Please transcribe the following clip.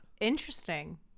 interesting